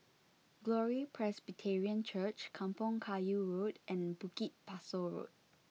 Glory Presbyterian Church Kampong Kayu Road and Bukit Pasoh Road